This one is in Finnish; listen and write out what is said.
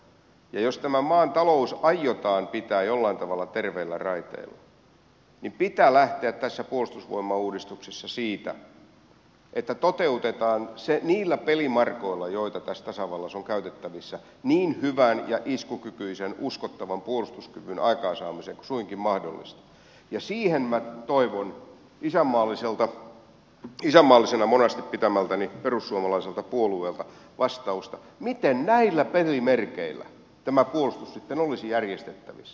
ja jos tämä maan talous aiotaan pitää jollain tavalla terveellä raiteella niin pitää lähteä tässä puolustusvoimauudistuksessa siitä että toteutetaan se niillä pelimarkoilla joita tässä tasavallassa on käytettävissä niin hyvän ja iskukykyisen uskottavan puolustuskyvyn aikaansaamiseen kuin suinkin mahdollista ja siihen minä toivon isänmaallisena monasti pitämältäni perussuomalaiselta puolueelta vastausta miten näillä pelimerkeillä tämä puolustus sitten olisi järjestettävissä